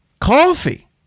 Coffee